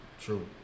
True